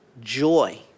joy